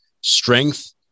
strength